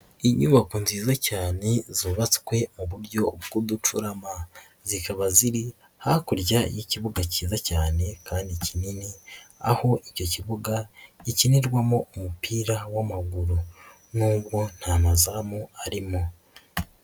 Inyubako nziza cyane zubatswe mu buryo bw'udupfurama zikaba ziri hakurya y'ikibuga cyiza cyane kandi kinini aho icyo kibuga gikinirwamo umupira w'amaguru n'ubwo nta mazamu arimo.